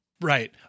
right